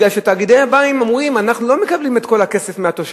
משום שתאגידי המים אומרים: אנחנו לא מקבלים את כל הכסף לתושב.